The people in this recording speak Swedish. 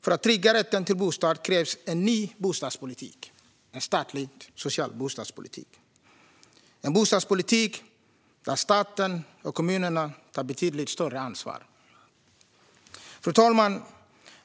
För att trygga rätten till bostad krävs en ny bostadspolitik, en statlig social bostadspolitik där staten och kommunerna tar betydligt större ansvar. Fru talman!